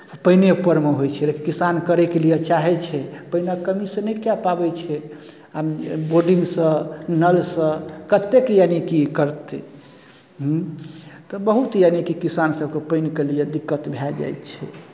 पानिएपर मे होइ छै किसान करैके लिए चाहैत छै पानिक कमीसँ नहि कए पाबै छै आ बोर्डिंगसँ नलसँ कतेक यानि की करतै तऽ बहुत यानिकि किसानसभके पानिके लिए दिक्कत भए जाइ छै